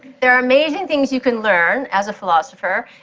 there are amazing things you can learn as a philosopher,